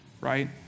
Right